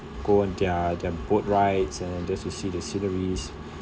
go on their their boat rides and just to see the sceneries